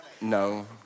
No